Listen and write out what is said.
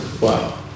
Wow